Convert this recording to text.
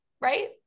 right